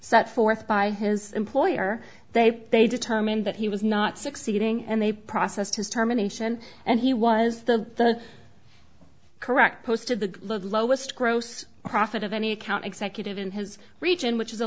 set forth by his employer they they determined that he was not succeeding and they processed his terminations and he was the correct posted the lowest gross profit of any account executive in his region which is a